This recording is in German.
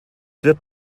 wird